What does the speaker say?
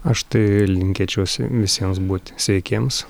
aš tai linkėčiau visiems būti sveikiems